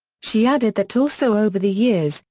she added that also over the years,